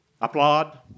applaud